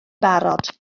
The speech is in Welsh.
barod